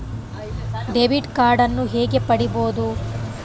Debit ಕಾರ್ಡನ್ನು ಹೇಗೆ ಪಡಿಬೋದು?